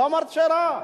לא אמרתי שרע.